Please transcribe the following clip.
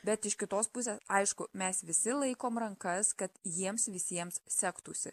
bet iš kitos pusės aišku mes visi laikom rankas kad jiems visiems sektųsi